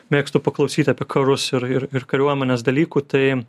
mėgstu paklausyt apie karus ir ir ir kariuomenės dalykų tai